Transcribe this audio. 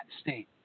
state